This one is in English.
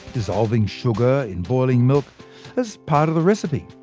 dissolving sugar in boiling milk as part of the recipe.